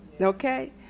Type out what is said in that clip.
okay